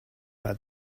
but